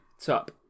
top